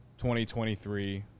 2023